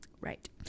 Right